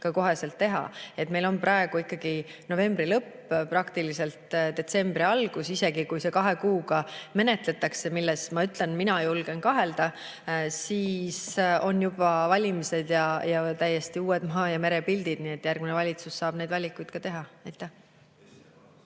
ka kohe teha. Meil on praegu ikkagi novembri lõpp, praktiliselt detsembri algus. Isegi kui see kahe kuuga ära menetletakse, milles mina julgen kahelda, siis on juba valimised ja täiesti uued maa‑ ja merepildid. Nii et järgmine valitsus saab need valikud teha. Aitäh!